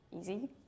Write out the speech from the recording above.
Easy